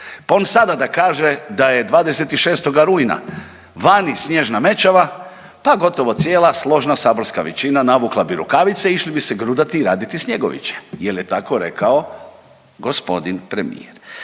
on sada da kaže da je 26. rujna vani snježna mećava, pa gotovo cijela složna saborska većina navukla bi rukavice i išli bi se grudati i radite snjegoviće jer je tako rekao gospodin premijer.